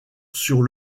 sur